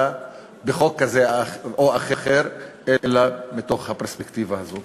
בחוק כזה או אחר אלא מהפרספקטיבה הזאת.